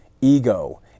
ego